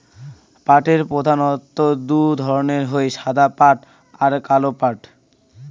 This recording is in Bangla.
পাটের প্রধানত্ব দু ধরণের হই সাদা পাট আর কালো পাট